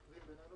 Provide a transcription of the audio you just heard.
בבקשה.